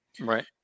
Right